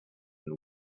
and